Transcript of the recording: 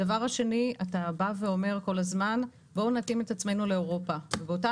הדבר השני אתה בא ואומר כל הזמן 'בואו נתאים את עצמנו לאירופה' ובאותה